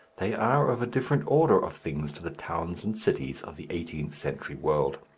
they are of a different order of things to the towns and cities of the eighteenth-century world.